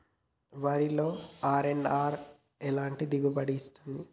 వరిలో అర్.ఎన్.ఆర్ ఎలాంటి దిగుబడి ఇస్తుంది?